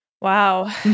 Wow